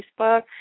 facebook